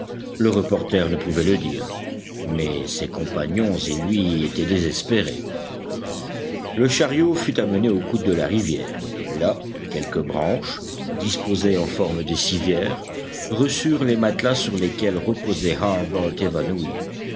le reporter ne pouvait le dire mais ses compagnons et lui étaient désespérés le chariot fut amené au coude de la rivière là quelques branches disposées en forme de civière reçurent les matelas sur lesquels reposait harbert évanoui